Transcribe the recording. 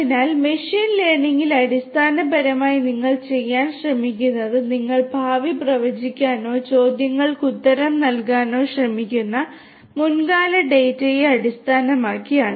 അതിനാൽ മെഷീൻ ലേണിംഗിൽ അടിസ്ഥാനപരമായി നിങ്ങൾ ചെയ്യാൻ ശ്രമിക്കുന്നത് നിങ്ങൾ ഭാവി പ്രവചിക്കാനോ ചോദ്യങ്ങൾക്ക് ഉത്തരം നൽകാനോ ശ്രമിക്കുന്ന മുൻകാല ഡാറ്റയെ അടിസ്ഥാനമാക്കിയാണ്